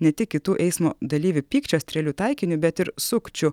ne tik kitų eismo dalyvių pykčio strėlių taikiniu bet ir sukčių